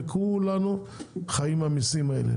וכולנו חיים מהמיסים האלה,